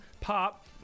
Pop